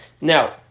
Now